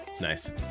Nice